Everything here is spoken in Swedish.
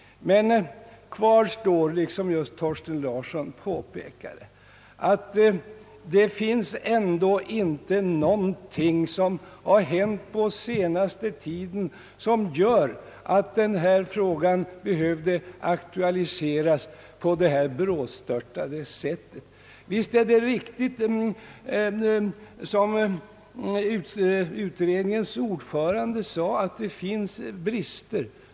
Men kvar står, liksom herr Thorsten Larsson just påpekat, att inte någonting har hänt under den senaste tiden som gör att denna fråga behöver aktualiseras på detta brådstörtade sätt. Visst är det riktigt, som utredningens ordförande säger, att det råder brister.